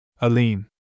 Aline